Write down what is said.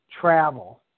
travel